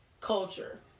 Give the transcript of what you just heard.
culture